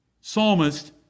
psalmist